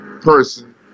person